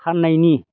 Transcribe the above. फाननायनि